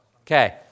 Okay